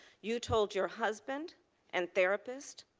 you told your husband and therapist.